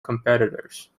competitors